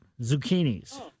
zucchinis